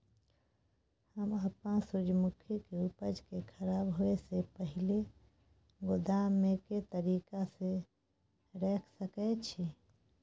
हम अपन सूर्यमुखी के उपज के खराब होयसे पहिले गोदाम में के तरीका से रयख सके छी?